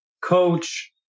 coach